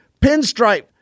pinstripe